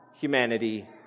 humanity